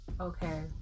Okay